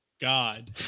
God